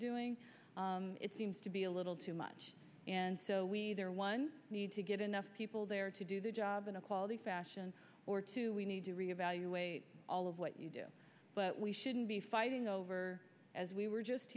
doing it seems to be a little too much and so we there one need to get enough people there to do the job in a quality fashion or two we need to re evaluate all of what you do but we shouldn't be fighting over as we were just